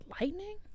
lightning